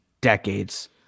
decades